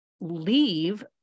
leave